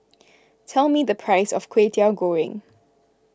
tell me the price of Kway Teow Goreng